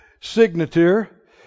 signature